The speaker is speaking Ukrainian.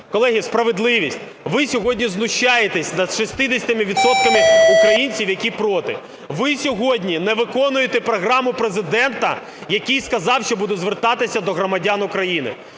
колеги, – справедливість. Ви сьогодні знущаєтесь над 60 відсотками українців, які "проти". Ви сьогодні не виконуєте програму Президента, який сказав, що буде звертатися до громадян України.